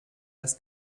das